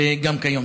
וגם כיום.